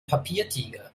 papiertiger